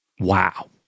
Wow